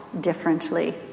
differently